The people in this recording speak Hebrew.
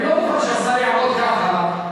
אני לא מוכן שזה יעבור ככה,